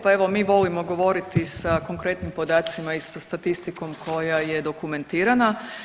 Pa evo mi volimo govoriti sa konkretnim podacima i sa statistikom koje je dokumentirana.